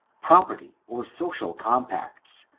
property, or social compacts,